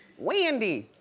wendy,